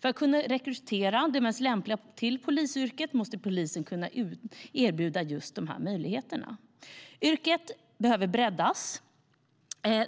För att kunna rekrytera de mest lämpliga till polisyrket måste polisen kunna erbjuda just de här möjligheterna. Yrket behöver breddas